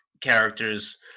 characters